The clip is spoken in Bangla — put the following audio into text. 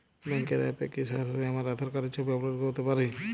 ব্যাংকের অ্যাপ এ কি সরাসরি আমার আঁধার কার্ডের ছবি আপলোড করতে পারি?